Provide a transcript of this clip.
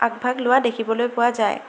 আগভাগ লোৱা দেখিবলৈ পোৱা যায়